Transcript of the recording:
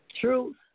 truth